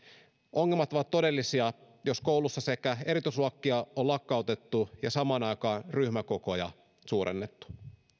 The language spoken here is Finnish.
ongelmat ovat todellisia jos koulussa on sekä erityisluokkia lakkautettu että samaan aikaan ryhmäkokoja suurennettu